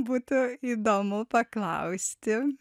būtų įdomu paklausti